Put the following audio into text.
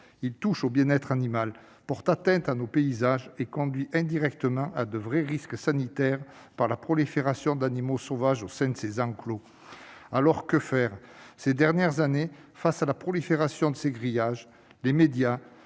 Il touche au bien-être animal, porte atteinte à nos paysages et conduit indirectement à de vrais risques sanitaires par la prolifération d'animaux sauvages au sein des enclos. Alors, que faire ? Depuis quelques années, face à la prolifération de ces grillages, les médias,